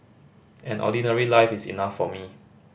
an ordinary life is enough for me